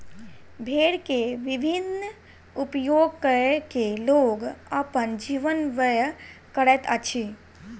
भेड़ के विभिन्न उपयोग कय के लोग अपन जीवन व्यय करैत अछि